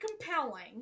compelling